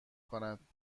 کند